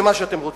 ומה שאתם רוצים.